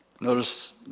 Notice